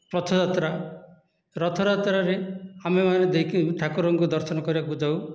ରଥଯାତ୍ରା ରଥଯାତ୍ରାରେ ଆମେମାନେ ଦେଇକି ଠାକୁରଙ୍କୁ ଦର୍ଶନ କରିବାକୁ ଯାଉ